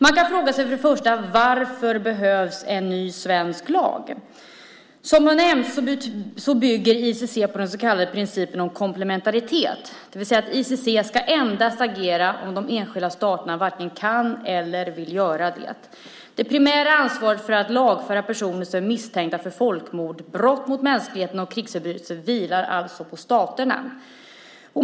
Man kan för det första fråga sig varför det behövs en ny svensk lag. Som har nämnts bygger ICC på den så kallade principen om komplementaritet, det vill säga ICC ska endast agera om de enskilda staterna varken kan eller vill göra det. Det primära ansvaret för att lagföra personer som är misstänkta för folkmord, brott mot mänskligheten och krigsförbrytelser vilar alltså på staterna.